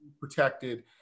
protected